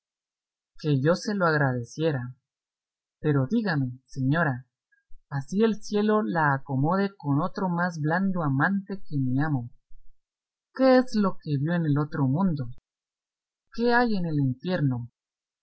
que yo se lo agradeciera pero dígame señora así el cielo la acomode con otro más blando amante que mi amo qué es lo que vio en el otro mundo qué hay en el infierno